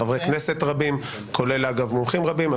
חברי כנסת רבים כולל מומחים רבים.